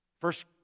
first